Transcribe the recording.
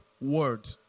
word